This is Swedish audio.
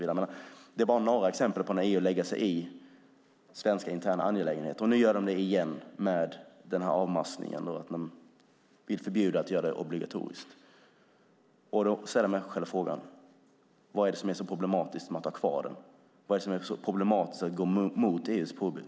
Detta är bara några exempel på när EU lägger sig i svenska interna angelägenheter. Nu gör man det igen i fråga om denna avmaskning genom att man vill förbjuda att den görs obligatorisk. Då är min fråga: Vad är det som är så problematiskt med att ha kvar den? Varför är det så problematiskt att gå emot EU:s påbud?